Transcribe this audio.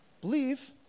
Believe